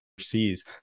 overseas